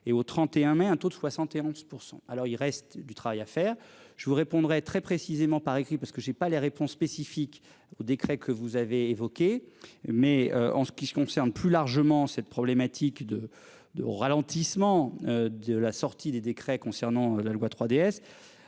et au 31 mai, un taux de 71%. Alors il reste du travail à faire. Je vous répondrai très précisément par écrit parce que j'ai pas les réponses spécifiques au décret que vous avez évoquées, mais en ce qui concerne plus largement cette problématique de de ralentissement. De la sortie des décrets concernant la loi 3DS.